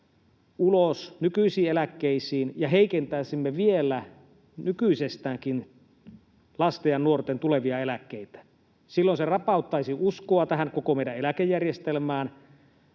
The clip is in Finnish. ulos nykyisiin eläkkeisiin ja heikentäisimme vielä nykyisestäänkin lasten ja nuorten tulevia eläkkeitä. Silloin se rapauttaisi uskoa tähän koko meidän eläkejärjestelmään,